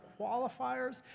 qualifiers